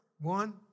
One